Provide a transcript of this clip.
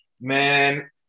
Man